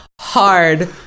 hard